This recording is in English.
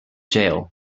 jail